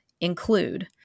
include